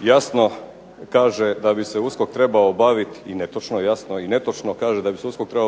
netočno kaže da bi se USKOK trebao